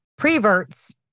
preverts